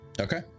Okay